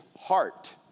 heart